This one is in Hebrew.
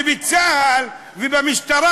וצה"ל והמשטרה,